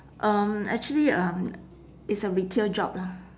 um actually um it's a retail job lah